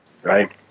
Right